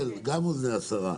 גם לאוזני השרה.